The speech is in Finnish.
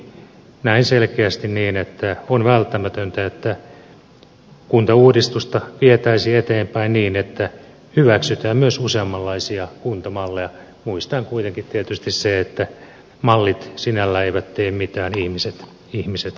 näen selkeästi niin että on välttämätöntä että kuntauudistusta vietäisiin eteenpäin niin että hyväksytään myös useammanlaisia kuntamalleja muistaen kuitenkin tietysti sen että mallit sinällään eivät tee mitään ihmiset tekevät